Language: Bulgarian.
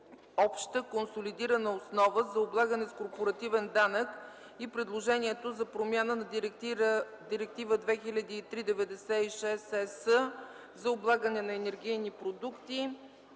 обща консолидирана основа за облагане с корпоративен данък и предложението за промяна на Директива 2003/96/ЕС за облагане на енергийни продукти.